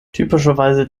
typischerweise